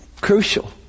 crucial